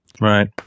right